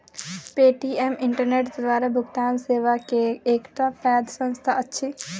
Paytm internet द्वारा भुगतान सेवा के एकटा पैघ संस्थान अछि